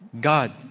God